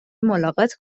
ملاقات